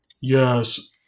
Yes